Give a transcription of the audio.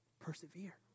persevere